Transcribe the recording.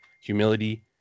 humility